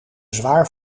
zwaar